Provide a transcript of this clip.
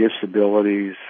disabilities